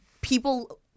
people